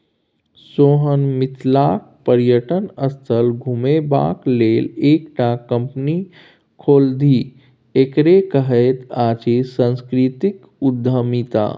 सोहन मिथिलाक पर्यटन स्थल घुमेबाक लेल एकटा कंपनी खोललथि एकरे कहैत अछि सांस्कृतिक उद्यमिता